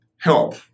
help